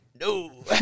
no